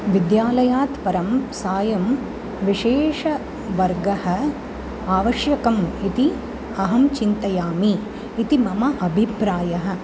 विद्यालयात् परं सायं विशेषवर्गः आवश्यकम् इति अहं चिन्तयामि इति मम अभिप्रायः